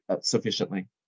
sufficiently